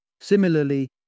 Similarly